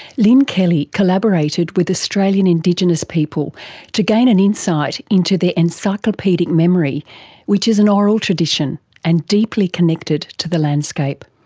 lynne kelly collaborated with australian indigenous people to gain an insight into their encyclopaedic memory which is an oral tradition and deeply connected to the landscape.